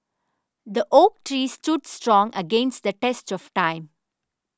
the oak tree stood strong against the test of time